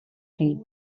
chi